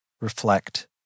reflect